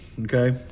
okay